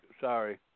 Sorry